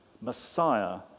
Messiah